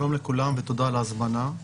שלום לכולם ותודה על ההזמנה.